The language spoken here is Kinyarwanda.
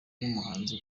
n’umuhanzi